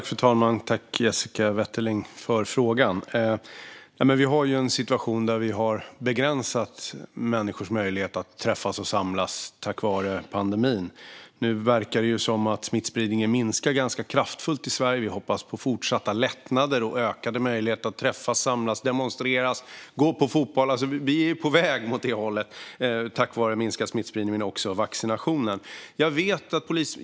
Fru talman! Tack, Jessica Wetterling, för frågan! Vi har en situation där vi har begränsat människors möjlighet att träffas och samlas, med tanke på pandemin. Nu verkar det som att smittspridningen minskar ganska kraftfullt i Sverige. Vi hoppas på fortsatta lättnader och ökade möjligheter att träffas, samlas, demonstrera och gå på fotboll. Vi är på väg åt det hållet, tack vare minskad smittspridning och även vaccinationerna.